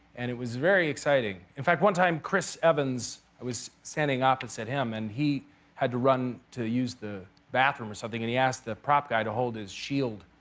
and it was very exciting. in fact, one time chris evans i was standing opposite him. and he had to run to use the bathroom or something. and he asked the prop guy to hold his shield.